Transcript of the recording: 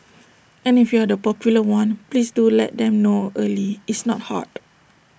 and if you're the popular one please do let them know early it's not hard